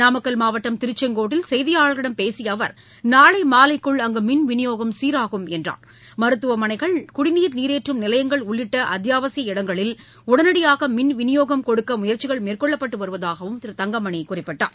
நாமக்கல் மாவட்டம் திருச்செங்கோட்டில் செய்தியாளர்களிடம் பேசிய அவர் நாளை மாலைக்குள் அங்கு மின் விநியோகம் சீராகும் என்றார் மருத்துவமனைகள் குடநீர் நீரேற்றும் நிலையங்கள் உள்ளிட்ட அத்தியாவசிய இடங்களில் உடனடியாக மின் விநியோகம் கொடுக்க முயற்சிகள் மேற்கொள்ளப்பட்டு வருவதாகவும் திரு தங்கமணி குறிப்பிட்டார்